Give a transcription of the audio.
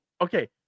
okay